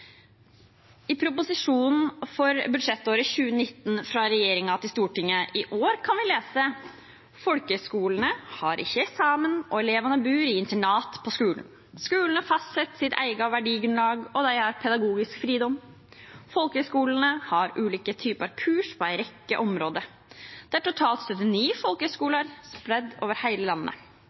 I proposisjonen for budsjettåret 2019 fra regjeringen til Stortinget kan vi lese: «Folkehøgskolane har ikkje eksamen, og elevane bur i internat på skolen. Skolane fastset sitt eige verdigrunnlag, og dei har pedagogisk fridom. Folkehøgskolane har ulike typar kurs på ei rekke område. Det er totalt 79 folkehøgskolar spreidde over heile landet.